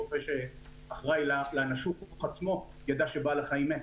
רופא שאחראי לנשוך עצמו ידע שבעל החיים מת.